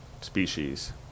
species